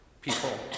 people